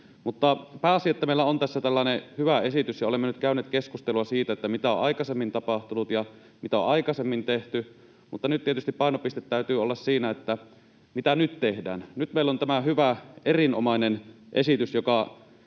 Pääasia, että meillä on tässä tällainen hyvä esitys. Olemme nyt käyneet keskustelua siitä, mitä on aikaisemmin tapahtunut ja mitä on aikaisemmin tehty, mutta tietysti painopisteen täytyy olla siinä, mitä nyt tehdään. Nyt meillä on tämä hyvä, erinomainen esitys, joka